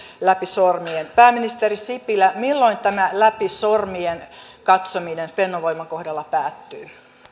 läpi sormien pääministeri sipilä milloin tämä läpi sormien katsominen fennovoiman kohdalla päättyy